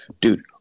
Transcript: dude